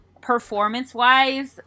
performance-wise